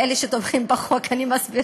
לאלה שתומכים בחוק אני מסבירה.